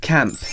Camp